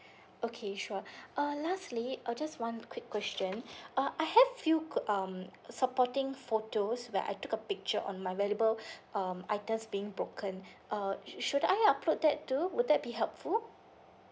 okay sure uh lastly uh just one quick question uh I have few good um supporting photos where I took a picture on my valuable um items being broken uh should I upload that too would that be helpful